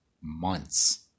months